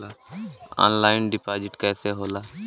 Online deposit कैसे होला?